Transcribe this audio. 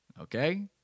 Okay